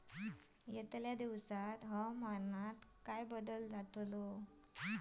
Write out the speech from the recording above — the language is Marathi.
यतल्या दिवसात हवामानात काय बदल जातलो?